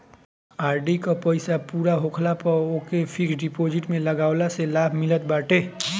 RD कअ पईसा पूरा होखला पअ ओके फिक्स डिपोजिट में लगवला से लाभ मिलत बाटे